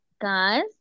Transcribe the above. guys